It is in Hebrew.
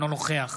אינו נוכח